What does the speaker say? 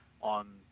on